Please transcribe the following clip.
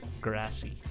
grassy